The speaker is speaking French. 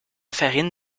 farine